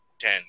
ten